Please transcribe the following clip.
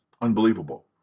Unbelievable